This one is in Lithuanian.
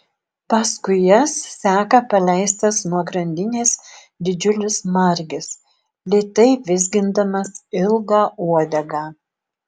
paskui jas seka paleistas nuo grandinės didžiulis margis lėtai vizgindamas ilgą uodegą